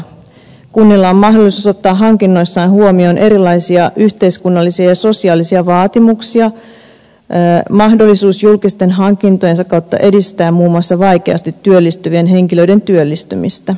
kunnilla on mahdollisuus ottaa hankinnoissaan huomioon erilaisia yhteiskunnallisia ja sosiaalisia vaatimuksia mahdollisuus julkisten hankintojensa kautta edistää muun muassa vaikeasti työllistyvien henkilöiden työllistymistä